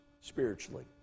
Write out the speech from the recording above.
spiritually